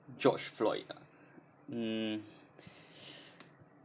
george floyd ah mm